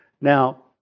Now